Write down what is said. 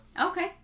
Okay